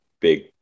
big